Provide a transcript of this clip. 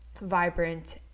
vibrant